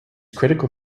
critical